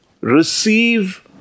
receive